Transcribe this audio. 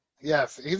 yes